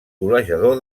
golejador